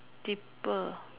deeper